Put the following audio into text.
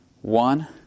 One